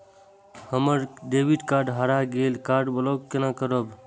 हमर debit card हरा गेल ये कार्ड ब्लॉक केना करब?